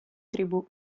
tribù